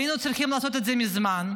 היינו צריכים לעשות את זה מזמן,